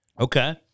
Okay